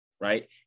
right